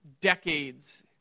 decades